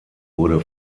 wurde